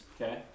okay